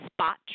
spot